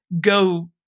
go